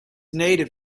native